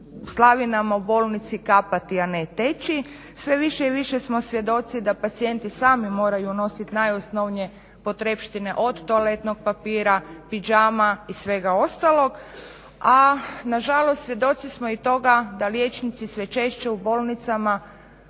slavinama u bolnici kapati a ne teći. Sve više i više smo svjedoci da pacijenti sami moraju nositi najosnovnije potrepštine od toaletnog papira, pidžama i svega ostalog, a nažalost svjedoci smo i toga da liječnici sve češće u bolnicama